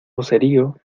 vocerío